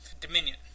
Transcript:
Dominion